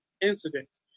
incidents